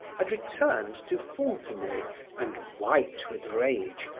had returned to fontenay and, white with rage,